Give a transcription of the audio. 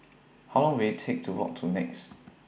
How Long Will IT Take to Walk to Nex